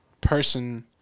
person